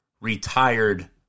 retired